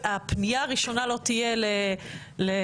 הפניה הראשונה לא תהיה לשם,